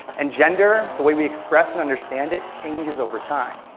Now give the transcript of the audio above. and gender, the way we express and understand it, changes over time.